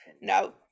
no